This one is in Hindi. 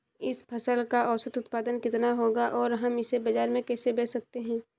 इस फसल का औसत उत्पादन कितना होगा और हम इसे बाजार में कैसे बेच सकते हैं?